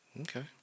Okay